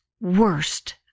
worst